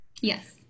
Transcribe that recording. Yes